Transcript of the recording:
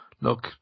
Look